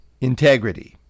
integrity